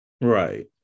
Right